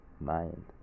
mind